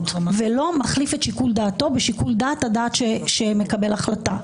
ולא מחליף את שיקול דעתו בשיקול הדעת של מקבל ההחלטה.